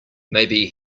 maybe